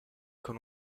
con